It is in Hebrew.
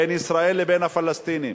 בין ישראל לבין הפלסטינים.